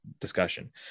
discussion